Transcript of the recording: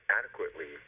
adequately